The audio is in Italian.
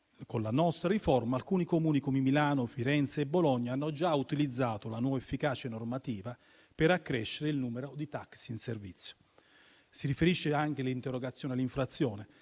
con la nostra riforma, alcuni Comuni come Milano, Firenze e Bologna hanno già utilizzato la nuova efficace normativa per accrescere il numero di taxi in servizio. L'interrogazione si riferisce anche all'inflazione.